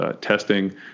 testing